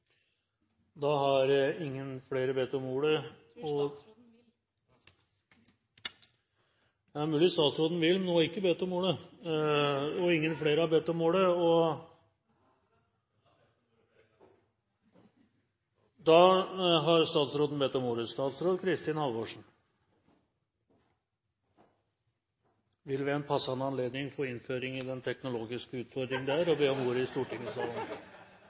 har ikke bedt om ordet – det er mulig statsråden vil, men hun har ikke bedt om ordet. Da har statsråd Kristin Halvorsen bedt om ordet. Statsråden vil ved en passende anledning få innføring i den teknologiske utfordringen det er å be om ordet i stortingssalen.